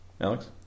Alex